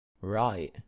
Right